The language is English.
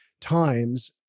times